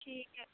ਠੀਕ ਹੈ